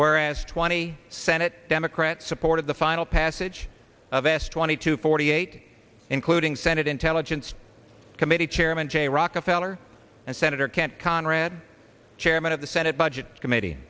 whereas twenty senate democrats supported the final passage of s twenty two forty eight including senate intelligence committee chairman jay rockefeller and senator kent conrad chairman of the senate budget committee